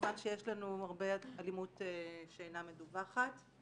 כמובן שיש לנו הרבה אלימות שאינה מדווחת.